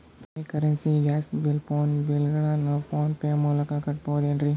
ಫೋನಿಗೆ currency, gas bill, phone bill ಗಳನ್ನು phone PhonePe ಕಟ್ಟಬಹುದೇನ್ರಿ?